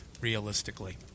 realistically